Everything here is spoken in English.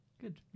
good